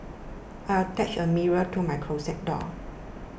I attached a mirror to my closet door